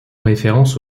référence